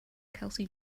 kelsey